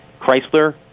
Chrysler